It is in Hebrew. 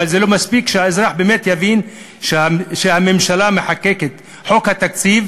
אבל זה לא מספיק שהאזרח יבין שהממשלה מחוקקת חוק תקציב